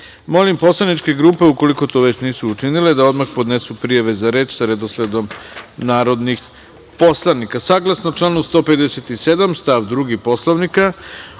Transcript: poslaničke grupe ukoliko to već nisu učinile da odmah podnesu prijave za reč sa redosledom narodnih poslanika. Saglasno članu 157. stav 2. Poslovnika,